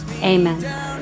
amen